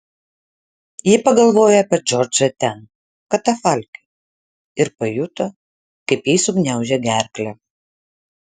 ji pagalvojo apie džordžą ten katafalke ir pajuto kaip jai sugniaužė gerklę